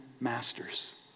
masters